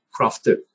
crafted